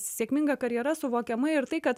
sėkminga karjera suvokiama ir tai kad